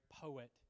poet